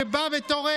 שבא ותורם.